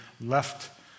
left